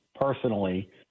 personally